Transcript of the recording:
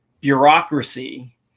bureaucracy